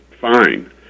fine